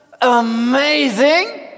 amazing